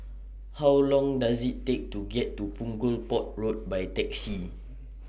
How Long Does IT Take to get to Punggol Port Road By Taxi